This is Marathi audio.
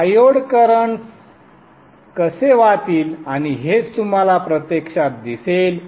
तर डायोड करंटस कसे वाहतील आणि हेच तुम्हाला प्रत्यक्षात दिसेल